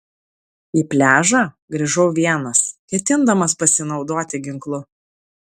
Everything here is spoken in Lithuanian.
į pliažą grįžau vienas ketindamas pasinaudoti ginklu